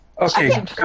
Okay